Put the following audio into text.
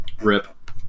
Rip